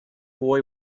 boy